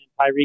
Tyreek